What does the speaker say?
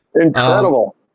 Incredible